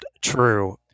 true